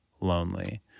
lonely